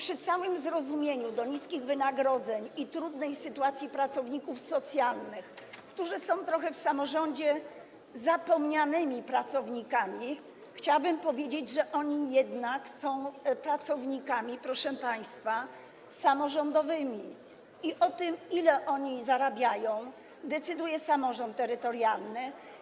Przy całym zrozumieniu dla niskich wynagrodzeń i trudnej sytuacji pracowników socjalnych, którzy są trochę w samorządzie zapomnianymi pracownikami, chciałabym powiedzieć, że oni jednak są pracownikami, proszę państwa, samorządowymi i o tym, ile oni zarabiają, decyduje samorząd terytorialny.